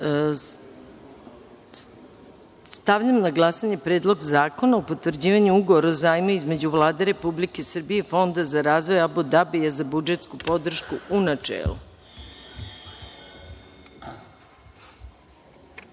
zakona. Stavljam na glasanje Predlog zakona o potvrđivanju Ugovora o zajmu između Vlade Republike Srbije i Fonda za razvoj Abu Dabija za budžetsku podršku, u